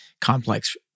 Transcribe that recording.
complex